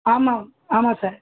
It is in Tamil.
ஆமாம் ஆமாம் சார்